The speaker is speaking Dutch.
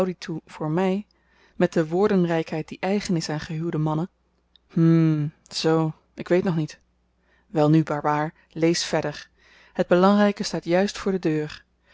voor my met de woordenrykheid die eigen is aan gehuwde mannen hm z ik weet nog niet welnu barbaar lees verder het belangryke staat juist voor de deur